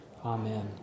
Amen